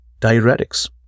diuretics